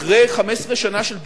אחרי 15 שנה של דיבורים,